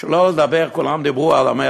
שלא לדבר, כולם דיברו על 103,